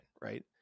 right